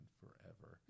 forever